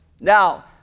Now